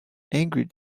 angry